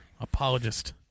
Apologist